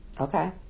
okay